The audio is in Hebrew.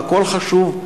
והכול חשוב,